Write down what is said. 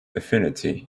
affinity